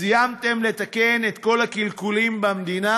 סיימתם לתקן את כל הקלקולים במדינה?